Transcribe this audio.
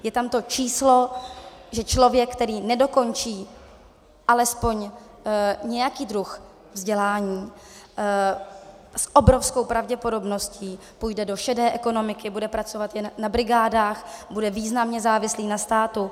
Je tam to číslo, že člověk, který nedokončí alespoň nějaký druh vzdělání, s obrovskou pravděpodobností půjde do šedé ekonomiky, bude pracovat jen na brigádách, bude významně závislý na státu.